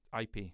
IP